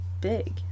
big